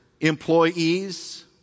employees